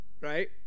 right